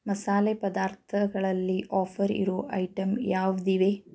ಮಸಾಲೆ ಪದಾರ್ಥಗಳಲ್ಲಿ ಆಫರ್ ಇರೋ ಐಟಂ ಯಾವುದಿವೆ